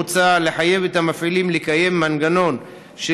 כמו כן מוצע לחייב את המפעילים לקיים מנגנון של